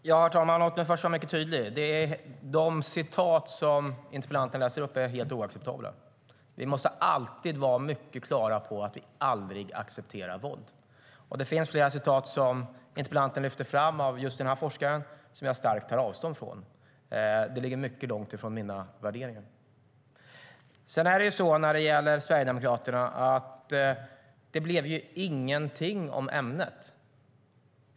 Herr talman! Låt mig först vara mycket tydlig. De citat som interpellanten läser upp är helt oacceptabla. Vi måste alltid vara mycket klara med att vi aldrig accepterar våld. Det finns flera citat som interpellanten lyfte fram av just denna forskare som jag starkt tar avstånd ifrån. De ligger mycket långt ifrån mina värderingar. Det blev ingenting om ämnet; så är det när det gäller Sverigedemokraterna.